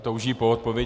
Touží po odpovědi.